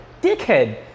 dickhead